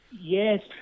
Yes